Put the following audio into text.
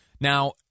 Now